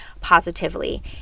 positively